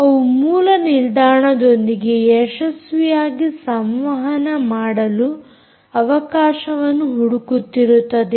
ಅವು ಮೂಲ ನಿಲ್ದಾಣದೊಂದಿಗೆ ಯಶಸ್ವಿಯಾಗಿ ಸಂವಹನ ಮಾಡಲು ಅವಕಾಶವನ್ನು ಹುಡುಕುತ್ತಿರುತ್ತದೆ